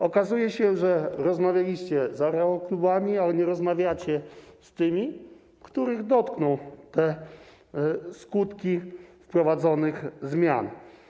Okazuje się, że rozmawialiście z aeroklubami, ale nie rozmawiacie z tymi, których dotkną skutki wprowadzonych zmian.